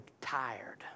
tired